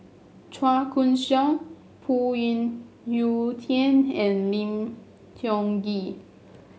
Chua Koon Siong Phoon Yew Tien and Lim Tiong Ghee